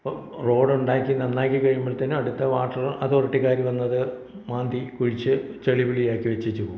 ഇപ്പം റോഡ് ഉണ്ടാക്കി നന്നാക്കി കഴിയുമ്പോഴത്തേന് അടുത്ത വാട്ടർ അതോറിറ്റിക്കാർ വന്നത് മാന്തി കുഴിച്ച് ചളിപിളി ആക്കി വെച്ചേച്ച് പോവും